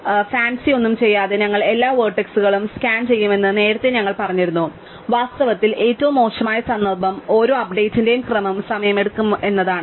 അതിനാൽ ഫാൻസി ഒന്നും ചെയ്യാതെ ഞങ്ങൾ എല്ലാ വെർട്ടെക്സുകളും സ്കാൻ ചെയ്യുമെന്ന് നേരത്തെ ഞങ്ങൾ പറഞ്ഞിരുന്നു വാസ്തവത്തിൽ ഏറ്റവും മോശമായ സന്ദർഭം ഓരോ അപ്ഡേറ്റിന്റെയും ക്രമം സമയമായി എടുക്കും എന്നതാണ്